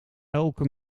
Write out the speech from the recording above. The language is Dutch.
elke